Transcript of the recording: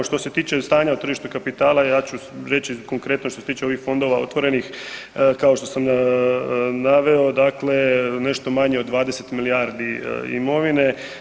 Što se tiče stanja na tržištu kapitala ja ću reći konkretno što se tiče ovih fondova otvorenih kao što sam naveo, dakle nešto manje od 20 milijardi imovine.